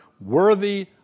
worthy